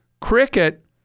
cricket